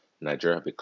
Nigeria